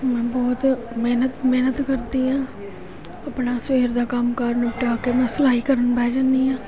ਮੈਂ ਬਹੁਤ ਮਿਹਨਤ ਮਿਹਨਤ ਕਰਦੀ ਹਾਂ ਆਪਣਾ ਸਵੇਰ ਦਾ ਕੰਮਕਾਰ ਨਿਪਟਾ ਕੇ ਮੈਂ ਸਲਾਈ ਕਰਨ ਬਹਿ ਜਾਂਦੀ ਹਾਂ